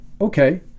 okay